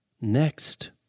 next